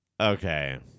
okay